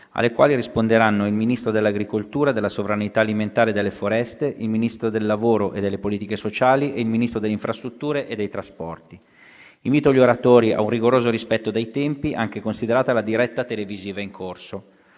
alle quali risponderanno il Ministro dell'agricoltura, della sovranità alimentare e delle foreste, il Ministro del lavoro e delle politiche sociali e il Ministro delle infrastrutture e dei trasporti. Invito gli oratori ad un rigoroso rispetto dei tempi, considerata la diretta televisiva in corso.